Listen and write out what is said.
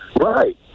Right